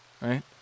right